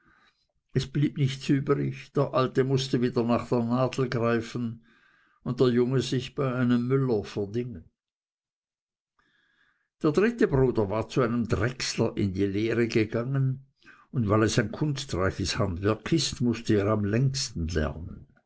es blieb nichts übrig der alte mußte wieder nach der nadel greifen und der junge sich bei einem müller verdingen der dritte bruder war zu einem drechsler in die lehre gegangen und weil es ein kunstreiches handwerk ist mußte er am längsten lernen